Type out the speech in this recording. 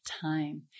time